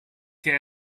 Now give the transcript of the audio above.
che